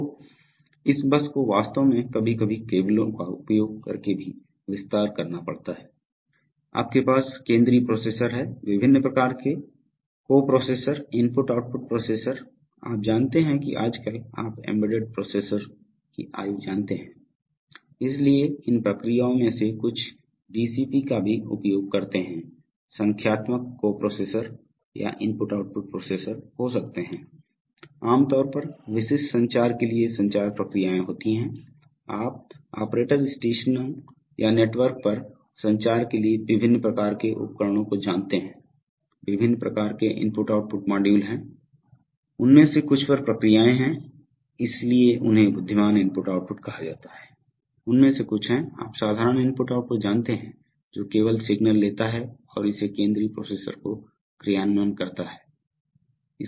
तो इस बस को वास्तव में कभी कभी केबलों का उपयोग करके भी विस्तार करना पड़ता है आपके पास केंद्रीय प्रोसेसर है विभिन्न प्रकार के कॉपोरोसेसर IO प्रोसेसर आप जानते हैं कि आजकल आप एम्बेडेड प्रोसेसर की आयु जानते हैं इसलिए इन प्रक्रियाओं में से कुछ डीएसपी का भी उपयोग करते हैं संख्यात्मक कॉपोरोसेसर या IO प्रोसेसर हो होते हैं आम तौर पर विशिष्ट संचार के लिए संचार प्रक्रियाएं होती हैं आप ऑपरेटर स्टेशनों या नेटवर्क पर संचार के लिए विभिन्न प्रकार के उपकरणों को जानते हैं विभिन्न प्रकार के IO मॉड्यूल हैं उनमें से कुछ पर प्रक्रियाएं हैं इसलिए उन्हें बुद्धिमान IO कहा जाता है उनमें से कुछ हैं आप साधारण IO जानते हैं जो केवल सिग्नल लेता है और इसे केंद्रीय प्रोसेसर को क्रियान्वय करता है